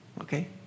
Okay